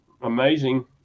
amazing